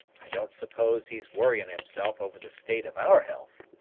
i don't suppose he's worryin' himself over the state of our health.